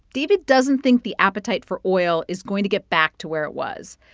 david doesn't think the appetite for oil is going to get back to where it was.